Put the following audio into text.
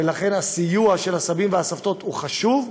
ולכן הסיוע של הסבים והסבתות חשוב.